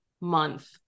month